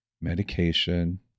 medication